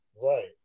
Right